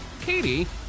Katie